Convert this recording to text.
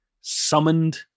summoned